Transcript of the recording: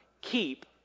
keep